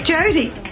Jodie